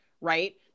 right